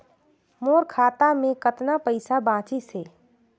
मोर खाता मे कतना पइसा बाचिस हे?